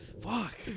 fuck